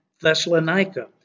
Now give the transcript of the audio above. Thessalonica